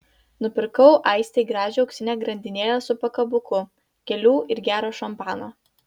nupirkau aistei gražią auksinę grandinėlę su pakabuku gėlių ir gero šampano